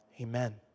Amen